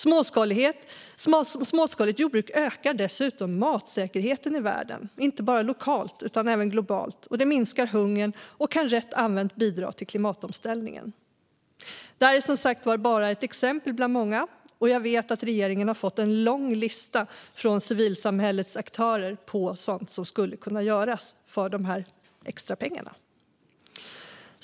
Småskaligt jordbruk ökar dessutom matsäkerheten i världen, inte bara lokalt utan även globalt, minskar hungern och kan rätt använt bidra till klimatomställningen. Detta är som sagt bara ett exempel bland många. Jag vet att regeringen har fått en lång lista från civilsamhällets aktörer över sådant som skulle kunna göras för dessa extra pengar.